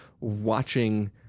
watching